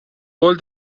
قول